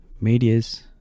medias